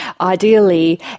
ideally